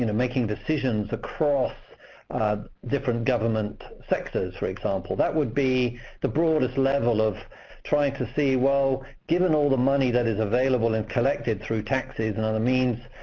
you know making decisions across different government sectors, for example. that would be the broadest level of trying to see, well, given all the money that is available and collected through taxes and other means,